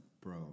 bro